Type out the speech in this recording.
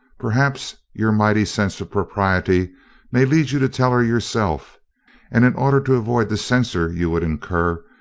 perhaps your mighty sense of propriety may lead you to tell her yourself and in order to avoid the censure you would incur,